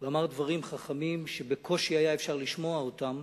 הוא אמר דברים חכמים שבקושי היה אפשר לשמוע אותם,